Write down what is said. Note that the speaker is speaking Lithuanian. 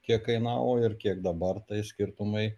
kiek kainavo ir kiek dabar tai skirtumai